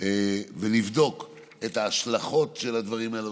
ונבדוק את ההשלכות של הדברים האלה,